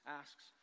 asks